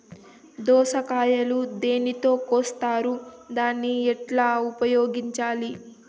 దోస కాయలు దేనితో కోస్తారు దాన్ని ఎట్లా ఉపయోగించాలి?